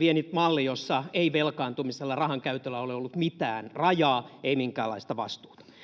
vienyt malli, jossa ei velkaantumisella, rahankäytöllä ole ollut mitään rajaa, ei minkäänlaista vastuuta.